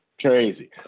crazy